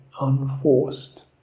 unforced